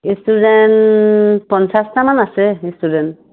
student পঞ্চাছটামান আছে student